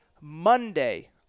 Monday